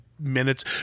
minutes